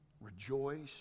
rejoice